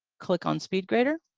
click on speedgrader.